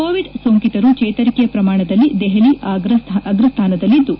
Covid ಸೋಂಕಿತರು ಚೇತರಿಕೆಯ ಪ್ರಮಾಣದಲ್ಲಿ ದೆಹಲಿ ಅಗ್ರ ಸ್ಥಾನದಲ್ಲಿದ್ದು